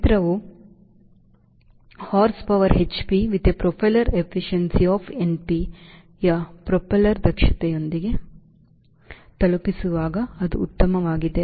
ಯಂತ್ರವು horsepower of hp with a propeller efficiency of np ಯ propeller ದಕ್ಷತೆಯೊಂದಿಗೆ ತಲುಪಿಸುವಾಗ ಅದು ಉತ್ತಮವಾಗಿದೆ